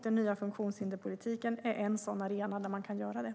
Den nya funktionshinderspolitiken är en sådan arena där man kan göra det.